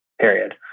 period